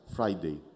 Friday